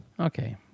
Okay